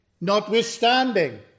notwithstanding